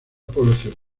población